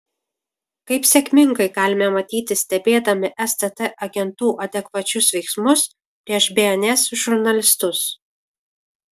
kaip sėkmingai galime matyti stebėdami stt agentų adekvačius veiksmus prieš bns žurnalistus